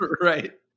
right